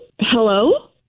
Hello